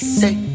say